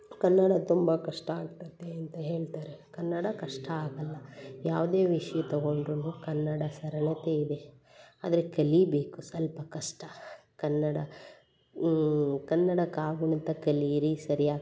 ಕನ್ನಡ ತುಂಬ ಕಷ್ಟ ಆಗ್ತದೆ ಅಂತ ಹೇಳ್ತಾರೆ ಕನ್ನಡ ಕಷ್ಟ ಆಗಲ್ಲ ಯಾವುದೇ ವಿಷಯ ತಗೊಂಡ್ರೂ ಕನ್ನಡ ಸರಳತೆ ಇದೆ ಆದರೆ ಕಲಿಬೇಕು ಸ್ವಲ್ಪ ಕಷ್ಟ ಕನ್ನಡ ಕನ್ನಡ ಕಾಗುಣಿತ ಕಲಿಯಿರಿ ಸರಿ ಆಗ್ತದೆ